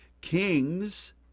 kings